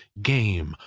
game,